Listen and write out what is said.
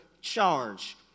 charge